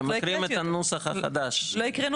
שככלל